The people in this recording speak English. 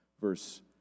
verse